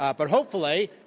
um but hopefully,